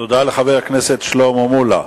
תודה לחבר הכנסת שלמה מולה.